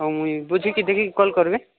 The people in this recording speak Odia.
ହଉ ମୁଇଁ ବୁଝିକି ଦେଖିକି କଲ୍ କରିବି